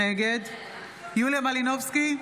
נגד יוליה מלינובסקי,